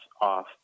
off